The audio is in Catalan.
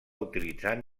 utilitzant